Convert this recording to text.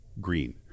green